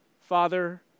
Father